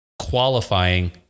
qualifying